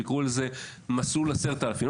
שיקרא לזה "מסלול 10,000",